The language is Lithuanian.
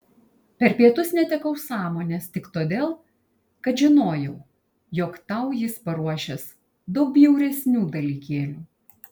per pietus netekau sąmonės tik todėl kad žinojau jog tau jis paruošęs daug bjauresnių dalykėlių